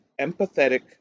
empathetic